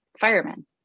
firemen